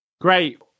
Great